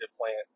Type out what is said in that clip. plant